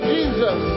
Jesus